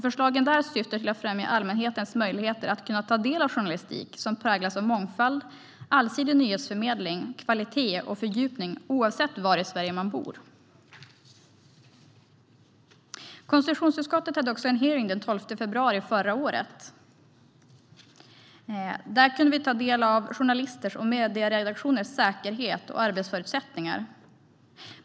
Förslagen där syftar till att främja allmänhetens möjligheter att ta del av journalistik som präglas av mångfald, allsidig nyhetsförmedling, kvalitet och fördjupning, oavsett var i Sverige man bor. Konstitutionsutskottet hade den 12 februari förra året en hearing om journalisters och medieredaktioners säkerhet och arbetsförutsättningar.